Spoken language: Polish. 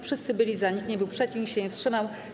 Wszyscy byli za, nikt nie był przeciw, nikt się nie wstrzymał.